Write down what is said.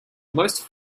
most